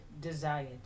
desired